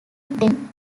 then